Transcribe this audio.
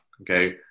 Okay